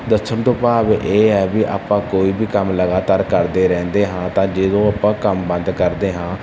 ਦੱਸਣ ਤੋਂ ਭਾਵ ਇਹ ਹੈ ਵੀ ਆਪਾਂ ਕੋਈ ਵੀ ਕੰਮ ਲਗਾਤਾਰ ਕਰਦੇ ਰਹਿੰਦੇ ਹਾਂ ਤਾਂ ਜਦੋਂ ਆਪਾਂ ਕੰਮ ਬੰਦ ਕਰਦੇ ਹਾਂ